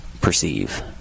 perceive